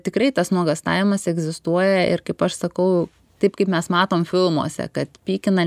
tikrai tas nuogąstavimas egzistuoja ir kaip aš sakau taip kaip mes matom filmuose kad pykina